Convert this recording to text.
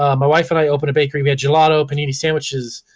um wife and i opened a bakery. we had gelato, panini sandwiches,